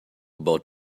about